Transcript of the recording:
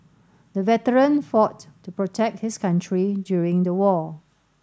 the veteran fought to protect his country during the war